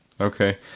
Okay